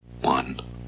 One